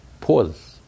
Pause